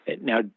Now